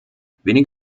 wenig